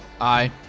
aye